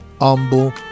Humble